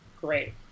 great